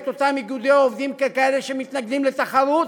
אותם איגודי עובדים ככאלה שמתנגדים לתחרות,